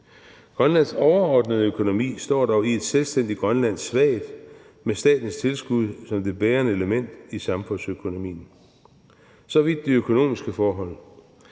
Grønlands overordnede økonomi står dog i et selvstændigt Grønland svagt med statens tilskud som det bærende element i samfundsøkonomien. Så vidt de økonomiske forhold.